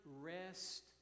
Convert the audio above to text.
rest